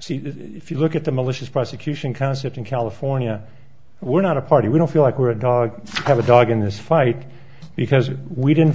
if you look at the malicious prosecution concept in california we're not a party we don't feel like we're a dog have a dog in this fight because we didn't